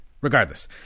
regardless